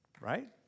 right